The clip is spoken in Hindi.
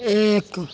एक